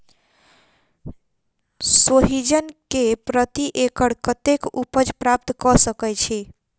सोहिजन केँ प्रति एकड़ कतेक उपज प्राप्त कऽ सकै छी?